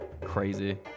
crazy